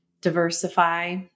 diversify